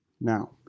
Now